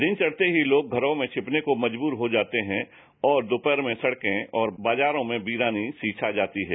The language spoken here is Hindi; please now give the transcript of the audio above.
दिन चढ़ते ही लोग घरों में छिपने को मजबूर हो जाते है और दोपहर में सड़के और बाजारों में बीरानी छा जाती है